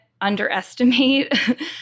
underestimate